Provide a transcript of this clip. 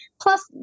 plus